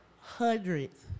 hundreds